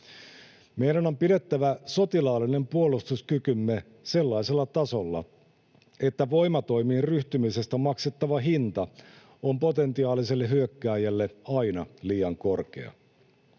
Meidän on pidettävä sotilaallinen puolustuskykymme sellaisella tasolla, että voimatoimiin ryhtymisestä maksettava hinta on potentiaaliselle hyökkääjälle aina liian korkea,